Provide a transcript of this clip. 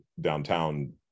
downtown